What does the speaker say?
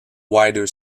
wider